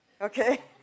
Okay